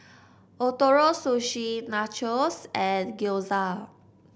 Ootoro Sushi Nachos and Gyoza